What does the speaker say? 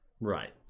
right